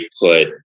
put